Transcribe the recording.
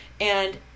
and-